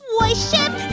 worship